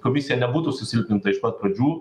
komisija nebūtų susilpninta iš pat pradžių